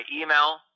email